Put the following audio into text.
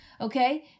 okay